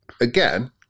again